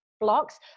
Blocks